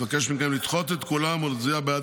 אני מבקש מכם לדחות את כולן ולהצביע בעד